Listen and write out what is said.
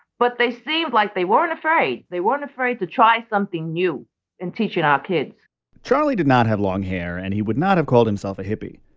but they seemed like they weren't afraid. they weren't afraid to try something new in teaching our kids charlie did not have long hair, and he would not have called himself a hippie.